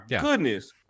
goodness